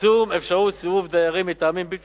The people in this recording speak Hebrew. צמצום אפשרות סירוב דיירים מטעמים בלתי